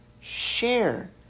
share